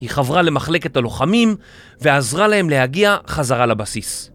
היא חברה למחלקת הלוחמים ועזרה להם להגיע חזרה לבסיס.